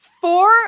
four